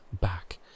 back